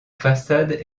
façade